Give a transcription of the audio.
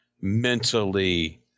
mentally –